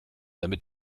damit